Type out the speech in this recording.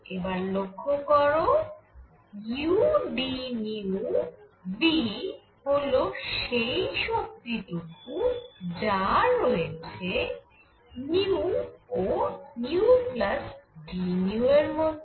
এবার লক্ষ্য করো udνV হল সেই শক্তি টুকু যা রয়েছে ও νd এর মধ্যে